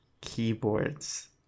keyboards